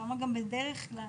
שלשם גם בדרך כלל